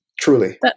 truly